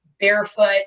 barefoot